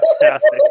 fantastic